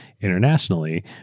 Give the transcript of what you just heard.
internationally